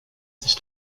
sich